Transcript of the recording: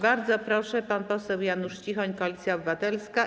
Bardzo proszę, pan poseł Janusz Cichoń, Koalicja Obywatelska.